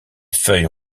feuilles